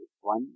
one